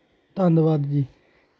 ਧੰਨਵਾਦ ਜੀ